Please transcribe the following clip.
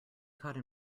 caught